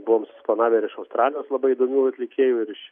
buvom suplanavę ir iš australijos labai įdomių atlikėjų ir iš